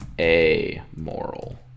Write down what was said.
amoral